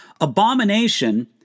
abomination